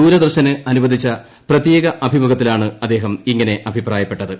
ദൂരദർശന് അനുവദിച്ച പ്രത്യേകഅഭിമുഖത്തിലാണ് അദ്ദേഹം ഇങ്ങനെ അഭിപ്രായപ്പെട്ടത്